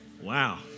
Wow